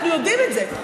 אנחנו יודעים את זה.